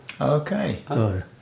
Okay